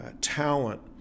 talent